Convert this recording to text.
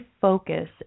focus